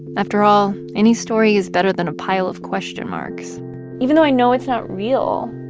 after all, any story is better than a pile of question marks even though i know it's not real,